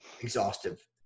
exhaustive